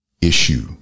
issue